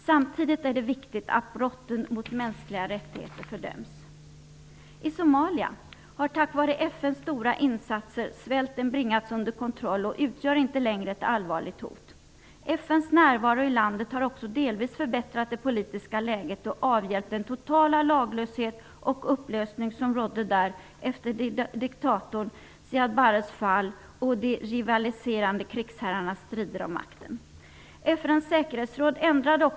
Samtidigt är det viktigt att brotten mot mänskliga rättigheter fördöms. I Somalia har, tack vare FN:s stora insatser, svälten bringats under kontroll och utgör inte längre ett allvarligt hot. FN:s närvaro i landet har också delvis förbättrat det politiska läget och avhjälpt den totala laglöshet och upplösning som rådde där efter diktatorn Siad Barres fall och de rivaliserande krigsherrarnas strider om makten.